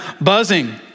buzzing